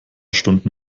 stunden